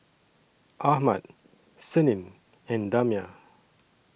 Ahmad Senin and Damia